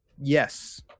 Yes